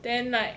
then like